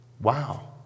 Wow